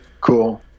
cool